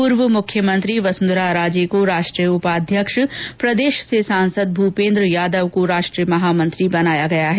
पूर्व मुख्यमंत्री वसुंधरा राजे को राष्ट्रीय उपाध्यक्ष प्रदेश से सांसद भूपेन्द्र यादव को राष्ट्रीय महामंत्री बनाया गया है